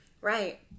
Right